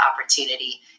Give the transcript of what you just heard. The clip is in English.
opportunity